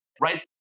right